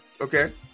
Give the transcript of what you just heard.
Okay